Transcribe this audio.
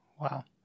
wow